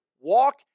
walk